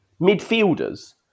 midfielders